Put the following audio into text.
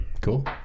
Cool